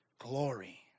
glory